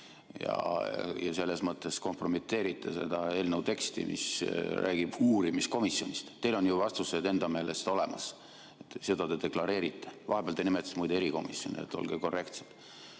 Selles mõttes te kompromiteerite seda eelnõu teksti, mis räägib uurimiskomisjonist. Teil on ju vastused enda meelest olemas. Seda te deklareerite. Vahepeal te nimetasite muide erikomisjoni, nii et olge korrektne.